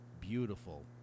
Beautiful